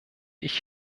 ich